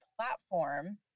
platform